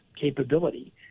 capability